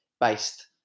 based